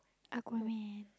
Aquaman